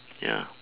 ya